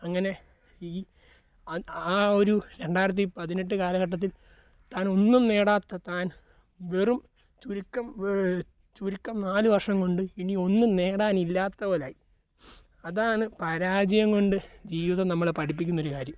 അങ്ങനെ ഈ അ ആ ഒരു രണ്ടായിരത്തി പതിനെട്ട് കാലഘട്ടത്തിൽ താനൊന്നും നേടാത്ത താൻ വെറും ചുരുക്കം ചുരുക്കം നാലു വർഷം കൊണ്ട് ഇനി ഒന്നും നേടാനില്ലാത്ത പോലെയായി അതാണ് പരാജയം കൊണ്ട് ജീവിതം നമ്മളെ പഠിപ്പിക്കുന്നൊരു കാര്യം